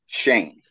Shane